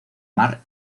mar